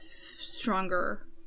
stronger